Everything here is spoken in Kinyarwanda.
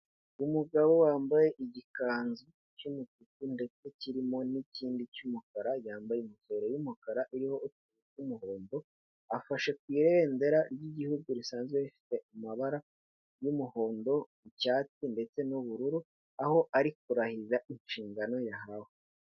umugabo wambaye igikanzu cy'umutuku ndetse kirimo n'kindi cyumukara yambaye ingofero yumukara iriho utuntu twumuhondo afashe ku ibendera ryigihugu risanzwe rifite amabara yumuhondo ku cyatsi ndetse nubururu aho ari kurahira inshingano yahawe